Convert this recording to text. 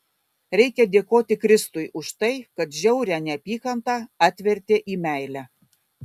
reikia dėkoti kristui už tai kad žiaurią neapykantą atvertė į meilę